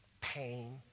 pain